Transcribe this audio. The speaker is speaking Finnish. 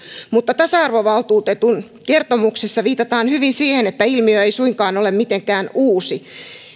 mutta tasa arvovaltuutetun kertomuksessa viitataan hyvin siihen että ilmiö ei suinkaan ole mitenkään uusi